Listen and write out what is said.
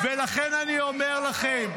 ועכשיו אני ממשיך.